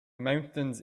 mountains